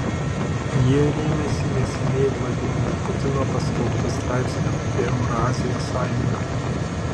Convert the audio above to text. jie rėmėsi neseniai vladimiro putino paskelbtu straipsniu apie eurazijos sąjungą